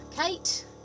kate